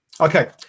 Okay